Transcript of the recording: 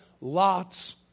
lots